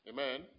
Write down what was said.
Amen